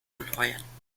anheuern